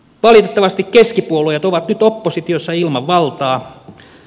valitettavasti keskipuolueet ovat nyt oppositiossa ilman valtaa